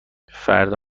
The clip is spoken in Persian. فردا